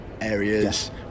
areas